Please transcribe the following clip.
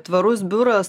tvarus biuras